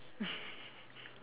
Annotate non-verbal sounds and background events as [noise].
[laughs]